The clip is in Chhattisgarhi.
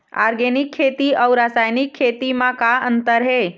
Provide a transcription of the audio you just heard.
ऑर्गेनिक खेती अउ रासायनिक खेती म का अंतर हे?